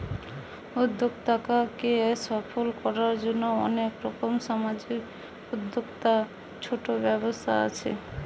উদ্যোক্তাকে সফল কোরার জন্যে অনেক রকম সামাজিক উদ্যোক্তা, ছোট ব্যবসা আছে